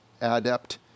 Adept